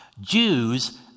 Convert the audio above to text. Jews